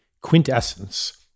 quintessence